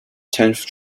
tenth